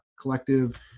collective